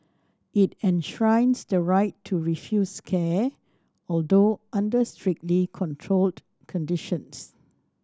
it enshrines the right to refuse care although under strictly controlled conditions